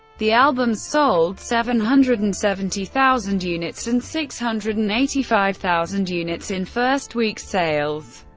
the albums sold seven hundred and seventy thousand units and six hundred and eighty five thousand units in first week sales.